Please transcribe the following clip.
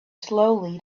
slowly